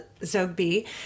Zogby